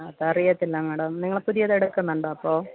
അത് അറിയത്തില്ല മാഡം നിങ്ങൾ പുതിയത് എടുടക്കുന്നുണ്ടോ അപ്പോൾ